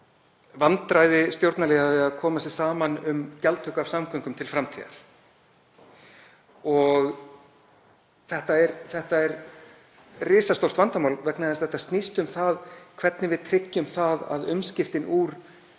ræddi hér vandræði stjórnarliða við að koma sér saman um gjaldtöku af samgöngum til framtíðar. Það er risastórt vandamál vegna þess að þetta snýst um það hvernig við tryggjum að umskiptin úr